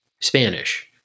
Spanish